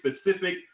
specific